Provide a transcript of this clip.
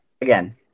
again